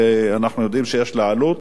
ואנחנו יודעים שיש לה עלות